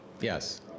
Yes